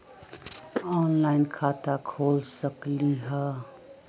Online खाता खोल सकलीह?